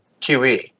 QE